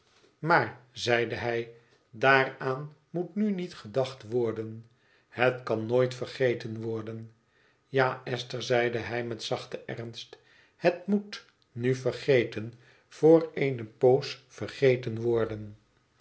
maar zeide hij daaraan moet nu niet gedacht worden het kan nooit vergeten worden ja esther zeide hij met zachten ernst het moet nu vergeten voor eene poos vergeten worden